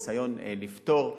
ניסיון לפתור,